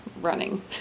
running